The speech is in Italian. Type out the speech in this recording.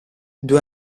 due